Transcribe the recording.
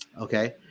Okay